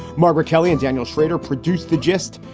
margaret kelly and daniel shrader produced the gist.